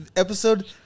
Episode